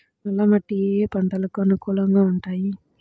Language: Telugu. నల్ల మట్టి ఏ ఏ పంటలకు అనుకూలంగా ఉంటాయి?